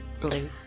blue